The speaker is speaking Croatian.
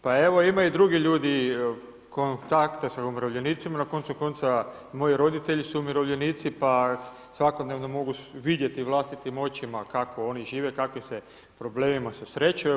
Pa evo, imaju i drugi ljudi kontakta sa umirovljenicima, na koncu konca i moji roditelji su umirovljenici, pa svakodnevno mogu vidjeti vlastitim očima, kako oni žive, s kakvim se problemima susreću.